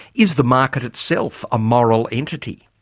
is the market itself a moral entity?